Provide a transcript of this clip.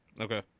Okay